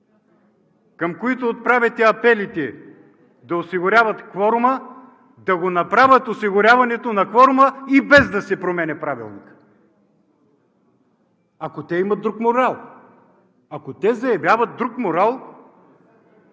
към които отправяте апели да осигуряват кворума, да направят осигуряването му и без да се променя Правилникът, ако те имат друг морал, ако заявяват друг морал,